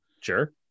Sure